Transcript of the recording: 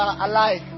alive